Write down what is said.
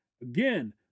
Again